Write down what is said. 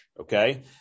Okay